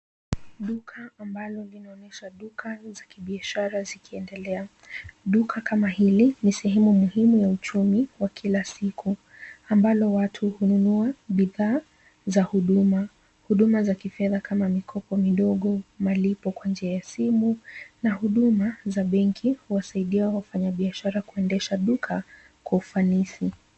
Duka ambalo linaonyesha duka za kibiashara likiendelea. Duka kama hili ni sehemu ya uchumi wa kila siku ambalo watu hununua bidhaa za huduma. Huduma za kifedha kama mikopo midogo, malipo kwa njia ya simu na huduma za benki huwasaidia wafanyibiashara kuendesha duka kwa ufanisi.